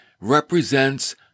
represents